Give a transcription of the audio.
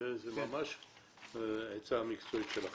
זה ממש עצה מקצועית שלכם.